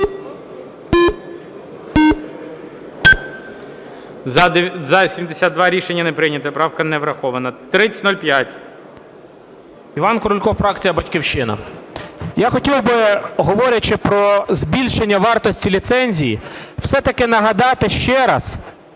За-72 Рішення не прийнято, правка не врахована. 3005. 13:43:57 КРУЛЬКО І.І. Іван Крулько, фракція "Батьківщина". Я хотів би, говорячи про збільшення вартості ліцензії, все-таки нагадати ще раз,